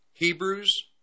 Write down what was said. Hebrews